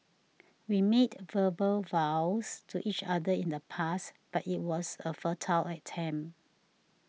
we made verbal vows to each other in the past but it was a futile attempt